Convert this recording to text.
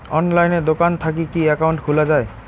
অনলাইনে দোকান থাকি কি একাউন্ট খুলা যায়?